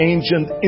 ancient